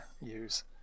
use